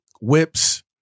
Whips